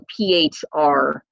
PHR